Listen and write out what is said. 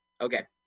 Okay